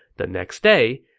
the next day,